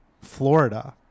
Florida